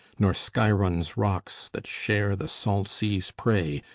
nor skiron's rocks, that share the salt sea's prey,